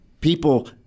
people